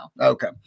Okay